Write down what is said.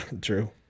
True